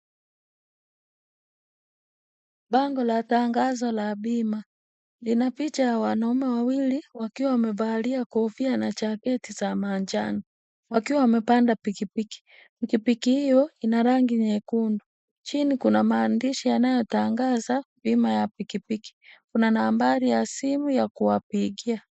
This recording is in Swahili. Bango la tangazo la bima, lina picha ya wanaume wawili wakiwa wamevalia kofia na jaketi za manjano wakiwa wamepanda pikipiki. Pikipiki hiyo ina rangi nyekundu. Chini kuna maandishi yanayo tangaza bima ya pikipiki. Kuna nambari ya simu ya kuwapigia.